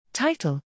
Title